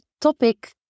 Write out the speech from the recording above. topic